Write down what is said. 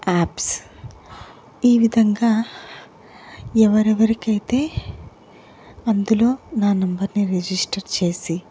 apps ఈ విధంగా ఎవరెవరికైతే అందులో నా నంబర్ని రిజిస్టర్ చేసి